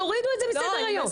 תורידו אותו מסדר היום.